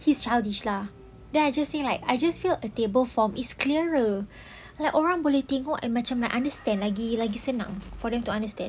he's childish lah then I just said like I just filled a table form it's clearer like orang boleh tengok macam I understand lagi lagi senang for them to understand